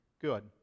good